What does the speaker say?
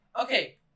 okay